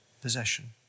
possession